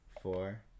four